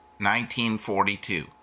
1942